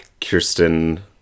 Kirsten